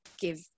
give